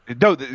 No